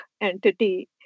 entity